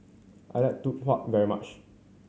I like Tau Huay very much